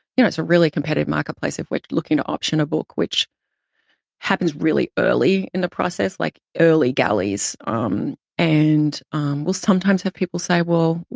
you know it's a really competitive marketplace if we're looking to option a book, which happens really early in the process. like, early galleys. um and we'll sometimes have people say, well,